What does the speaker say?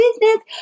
business